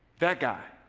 that guy.